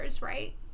right